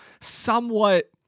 somewhat